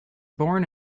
born